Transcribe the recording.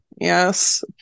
Yes